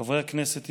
חברי הכנסת,